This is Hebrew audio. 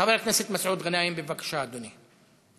חבר הכנסת מסעוד גנאים בבקשה, אדוני.